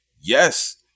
Yes